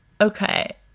Okay